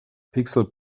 pixel